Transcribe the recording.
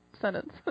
sentence